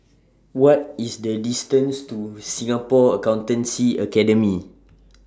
What IS The distance to Singapore Accountancy Academy